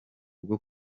bwo